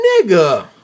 Nigga